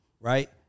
Right